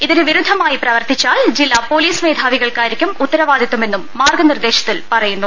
ഇതിന് വിരുദ്ധമായി പ്രവർത്തിച്ചാൽ ജില്ലാ പൊലീസ് മേധാവി കൾക്കായിരിക്കും ഉത്തരവാദിത്വമെന്നും മാർഗ്ഗനിർദേശത്തിൽ പറയുന്നു